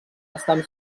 estan